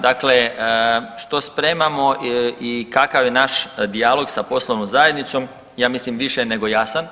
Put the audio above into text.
Dakle, što spremamo i kakav je naš dijalog sa poslovnom zajednicom ja mislim više nego jasan.